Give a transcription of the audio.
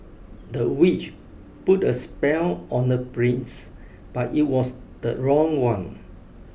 the witch put a spell on the prince but it was the wrong one